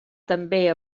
també